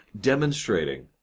demonstrating